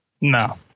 No